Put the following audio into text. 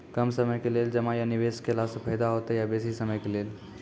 कम समय के लेल जमा या निवेश केलासॅ फायदा हेते या बेसी समय के लेल?